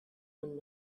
one